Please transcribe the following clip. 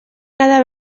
cada